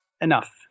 enough